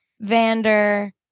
Vander